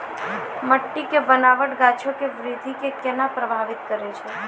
मट्टी के बनावट गाछो के वृद्धि के केना प्रभावित करै छै?